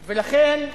לכן,